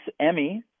Emmy